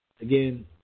again